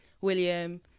William